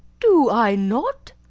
do i not!